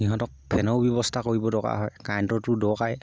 সিহঁতক ফেনৰো ব্যৱস্থা কৰিব দৰকাৰ হয় কাৰেণ্টৰটো দৰকাৰ